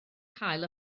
cael